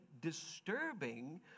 disturbing